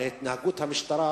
מהתנהגות המשטרה,